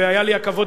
והיה לי הכבוד,